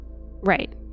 Right